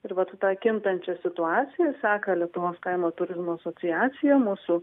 ir vat tą kintančią situaciją seka lietuvos kaimo turizmo asociacija mūsų